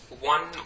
one